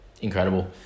Incredible